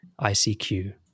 ICQ